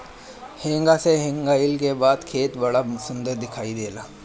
हेंगा से हेंगईले के बाद खेत बड़ा सुंदर दिखाई देला